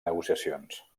negociacions